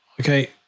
okay